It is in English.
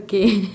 okay